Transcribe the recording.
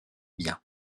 bien